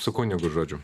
su kunigu žodžiu